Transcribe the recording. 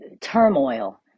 turmoil